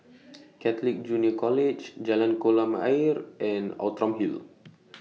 Catholic Junior College Jalan Kolam Ayer and Outram Hill